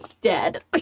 dead